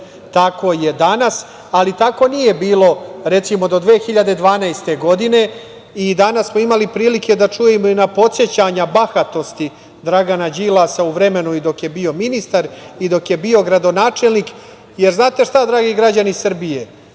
je danas, ali tako nije bilo, recimo do 2012. godine i danas smo imali prilike i da čujemo i na podsećanja bahatosti Dragana Đilasa, u vremenu dok je bio ministar i dok je bio gradonačelnik, jer znate šta građani Srbije,